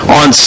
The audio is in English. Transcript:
on